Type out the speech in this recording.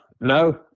No